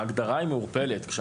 כי ההגדרה היא מעורפלת.